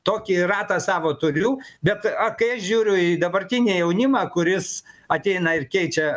tokį ratą savo turiu bet kai aš žiūriu į dabartinį jaunimą kuris ateina ir keičia